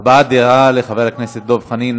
הבעת דעה לחבר הכנסת דב חנין.